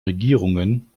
regierungen